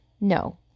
No